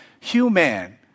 human